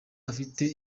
afite